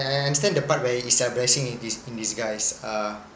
I I understand the part where it's a blessing in dis~ in disguise uh